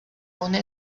una